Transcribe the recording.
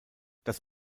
das